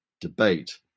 debate